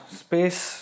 space